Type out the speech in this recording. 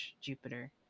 Jupiter